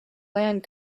land